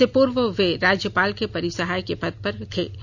इससे पूर्व वे राज्यपाल के परिसहाय के पद पर थे